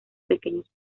pequeños